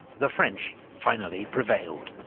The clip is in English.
the french finally prevailed.